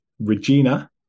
Regina